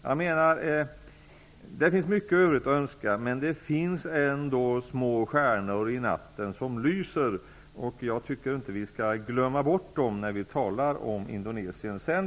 Det finns alltså mycket övrigt att önska, men det finns ändå små stjärnor i natten som lyser, och jag tycker inte att vi skall glömma bort dem när vi talar om Indonesien.